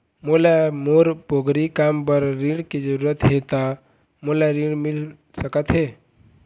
मोला मोर पोगरी काम बर ऋण के जरूरत हे ता मोला ऋण मिल सकत हे?